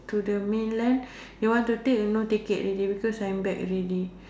to the mainland they want to take I no ticket already because I'm back already